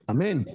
Amen